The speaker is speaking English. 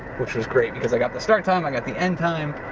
which was great because i got the start time, i got the end time,